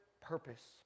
purpose